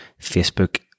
Facebook